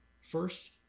First